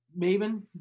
maven